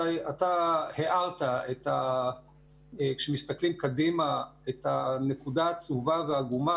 אתה הארת כשמסתכלים קדימה את הנקודה העצובה והעגומה